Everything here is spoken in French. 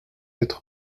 être